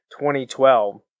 2012